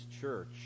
church